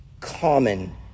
common